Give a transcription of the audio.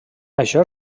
això